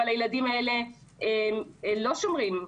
אבל הילדים האלה לא שומרים,